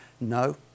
No